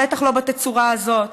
בטח לא בתצורה הזאת,